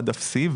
עד אפסי.